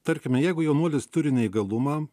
tarkime jeigu jaunuolis turi neįgalumą